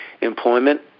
employment